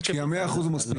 כי ה-100 אחוזים זה מספיק.